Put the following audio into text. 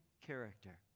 character